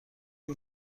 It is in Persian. این